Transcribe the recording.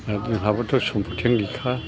आरो जोंहाबोथ' सम्प'थिआनो गैखाया